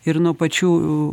ir nuo pačių